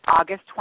August